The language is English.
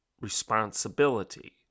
responsibility